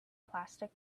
plastic